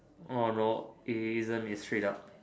orh no isn't is straight up